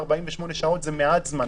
48 שעות זה מעט זמן,